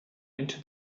into